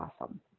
awesome